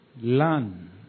learn